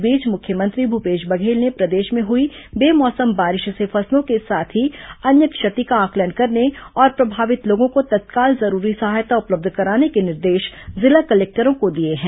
इस बीच मुख्यमंत्री भूपेश बघेल ने प्रदेश में हुई बे मौसम बारिश से फसलों के साथ ही अन्य क्षति का आंकलन करने और प्रभावित लोगों को तत्काल जरूरी सहायता उपलब्ध कराने के निर्देश जिला कलेक्टरों को दिए हैं